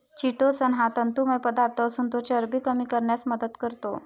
chitosan हा तंतुमय पदार्थ असून तो चरबी कमी करण्यास मदत करतो